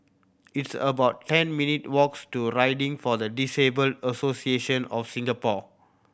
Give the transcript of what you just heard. it's about ten minute walks' to Riding for the Disabled Association of Singapore